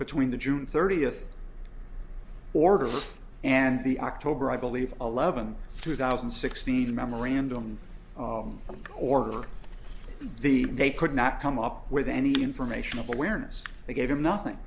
between the june thirtieth order and the october i believe eleventh two thousand and sixteen memorandum order the they could not come up with any information awareness they gave them nothing